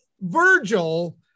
Virgil